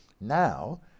Now